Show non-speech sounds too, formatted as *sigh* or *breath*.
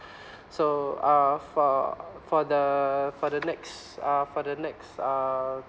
*breath* so uh for for the for the next uh for the next uh